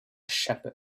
shepherd